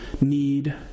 need